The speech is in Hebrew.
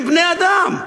הם בני-אדם.